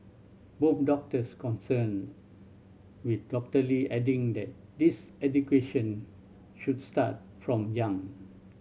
both doctors concerned with Doctor Lee adding that this education should start from young